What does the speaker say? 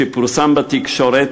שפורסם בתקשורת,